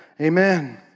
Amen